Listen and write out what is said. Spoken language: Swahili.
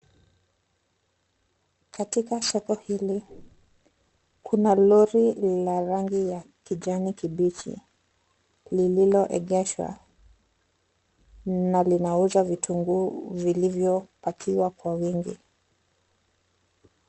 Katika soko hili kuna lori la rangi ya kijani kibichi lililoegeshwa na linauzwa vitukuu vilivyo pangiwa kwa wingi.